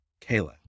Kayla